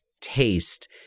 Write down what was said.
taste